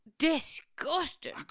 Disgusting